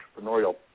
entrepreneurial